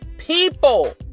People